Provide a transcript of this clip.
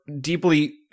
deeply